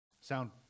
Sound